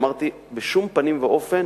אמרתי: בשום פנים ואופן